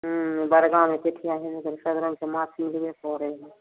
हुँ बड़गाँव से सगरो से माछ मिलबे करै हइ